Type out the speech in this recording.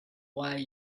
why